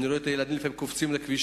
לפעמים אני רואה את הילדים קופצים לכבישים.